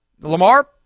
Lamar